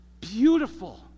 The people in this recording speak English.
Beautiful